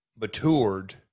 matured